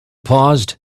paused